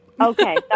Okay